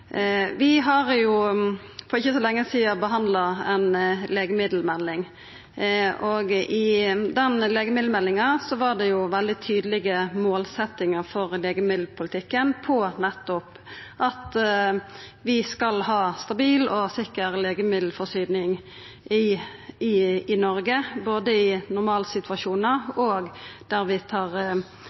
Vi har for ikkje så lenge sidan behandla ei legemiddelmelding. I den legemiddelmeldinga var det veldig tydelege målsetjingar for legemiddelpolitikken, nettopp om at vi skal ha stabil og sikker legemiddelforsyning i Noreg, både i normalsituasjonar og når vi tar